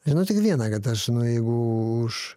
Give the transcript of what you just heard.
žinau tik viena kad aš nu jeigu už